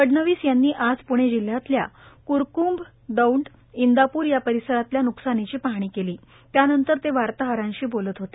फडणवीस यांनी आज प्णे जिल्ह्यातल्या क्रकंभ दौड इंदापूर या परिसरातल्या न्कसानीची पाहणी केली त्यानंतर ते वार्ताहरांशी बोलत होते